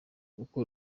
uko